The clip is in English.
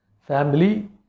family